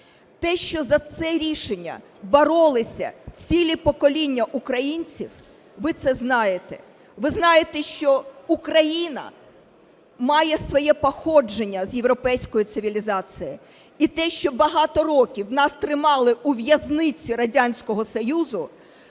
Те, що за це рішення боролися цілі покоління українців, ви це знаєте. Ви знаєте, що Україна має своє походження з європейської цивілізації. І те, що багато років нас тримали у в'язниці Радянського Союзу,